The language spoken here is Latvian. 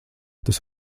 tas